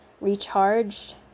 recharged